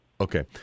Okay